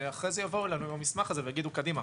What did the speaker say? שאחרי זה יבואו לנו עם המסמך הזה ויגידו: קדימה,